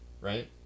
right